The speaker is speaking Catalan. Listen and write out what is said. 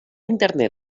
internet